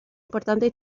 importantes